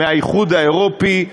מהאיחוד האירופי,